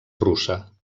russa